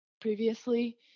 previously